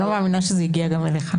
אני לא מאמינה שזה הגיע גם אליך.